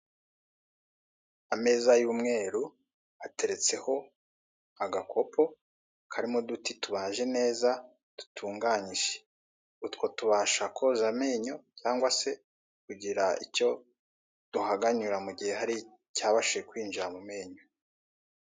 Ameza y'umweru ateretseho agakopo karimo uduti tubaje neza dutunganyije. Utwo tubasha koza amenyo cyangwa se kugira icyo duhagamura mu gihe hari icyabashije kwinjira mu menyo.